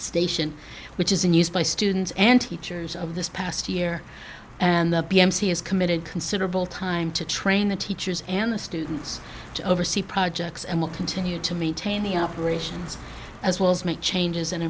station which is in use by students and teachers of this past year and the p m c is committed considerable time to train the teachers and the students to oversee projects and will continue to maintain the operations as well as make changes